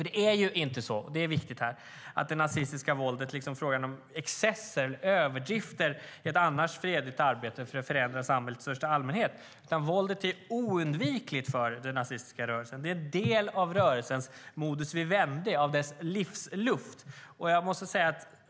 Det är ju inte så - det är viktigt här - att det nazistiska våldet är excesser, överdrifter, i ett annars fredligt arbete för att förändra samhället i största allmänhet, utan våldet är oundvikligt för den nazistiska rörelsen. Det är en del av rörelsens modus vivendi, av dess livslust.